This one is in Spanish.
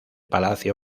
palacio